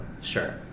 sure